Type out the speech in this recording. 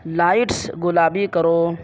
lights گلابی کرو